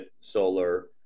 solar